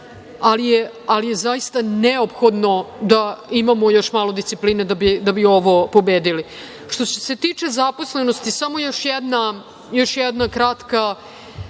ali je zaista neophodno da imamo još malo discipline da bi ovo pobedili. Što se tiče zaposlenosti, samo još jedno kratko